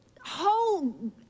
whole